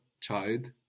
child